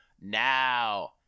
now